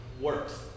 works